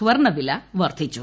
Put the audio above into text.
സ്വർണ്ണവില വർദ്ധിച്ചു